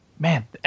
Man